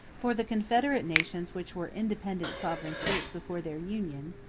for the confederate nations which were independent sovereign states before their union,